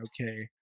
okay